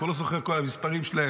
כבר לא זוכר את כל המספרים שלהם.